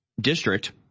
district